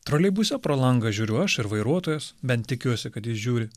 troleibuse pro langą žiūriu aš ir vairuotojas bent tikiuosi kad jis žiūri